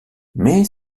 mais